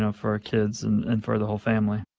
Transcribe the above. ah for our kids and and for the whole family